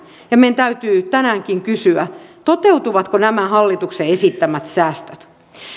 ja meidän täytyy tänäänkin kysyä toteutuvatko nämä hallituksen esittämät säästöt